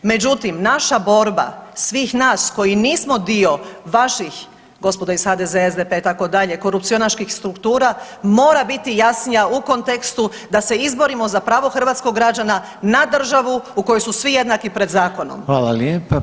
Međutim, naša borba svih nas koji nismo dio vaših, gospodo iz HZD-a, SDP-a, itd., korupcionaških struktura, mora biti jasnija u kontekstu da se izborimo za pravo hrvatskog građana na državu u kojoj su svi jednaki pred zakonom!